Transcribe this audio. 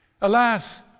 Alas